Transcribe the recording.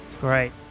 Great